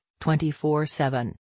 24-7